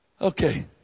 Okay